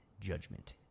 Judgment